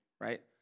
right